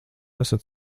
esat